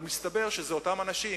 אבל מסתבר שאלה אותם אנשים